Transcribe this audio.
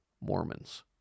Mormons